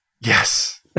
Yes